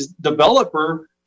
developer